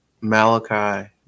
Malachi